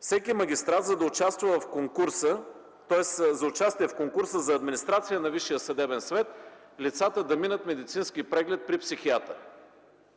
всеки магистрат, за да участва в конкурса за администрация на Висшия съдебен съвет, лицата да минат медицински преглед при психиатър.